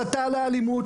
הסתה לאלימות,